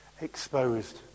Exposed